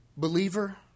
Believer